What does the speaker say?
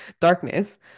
darkness